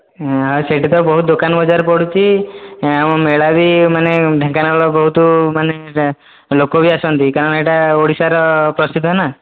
ଆଉ ସେଇଠି ତ ବହୁତ ଦୋକାନ ବଜାର ପଡ଼ୁଛି ଆଉ ମେଳା ବି ମାନେ ଢେଙ୍କାନାଳ ବହୁତ ମାନେ ଲୋକ ବି ଆସନ୍ତି କାରଣ ଏଇଟା ଓଡ଼ିଶାର ପ୍ରସିଦ୍ଧ ନା